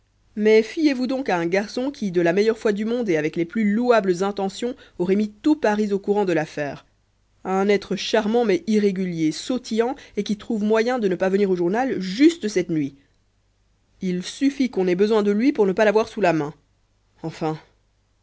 mais fiez-vous donc à un garçon qui de la meilleure foi du monde et avec les plus louables intentions aurait mis tout paris au courant de l'affaire à un être charmant mais irrégulier sautillant et qui trouve moyen de ne pas venir au journal juste cette nuit il suffît qu'on ait besoin de lui pour ne pas l'avoir sous la main enfin